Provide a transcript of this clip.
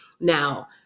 Now